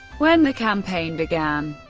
when the campaign began,